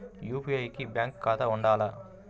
UPI కి bank ఖాతా ఉండాల?